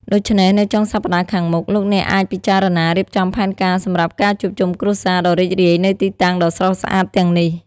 ដូច្នេះនៅចុងសប្តាហ៍ខាងមុខ លោកអ្នកអាចពិចារណារៀបចំផែនការសម្រាប់ការជួបជុំគ្រួសារដ៏រីករាយនៅទីតាំងដ៏ស្រស់ស្អាតទាំងនេះ។